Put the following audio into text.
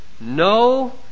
No